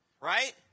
right